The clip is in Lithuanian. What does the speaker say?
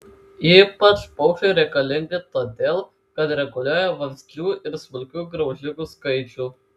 ypač paukščiai reikalingi todėl kad reguliuoja vabzdžių ir smulkių graužikų skaičių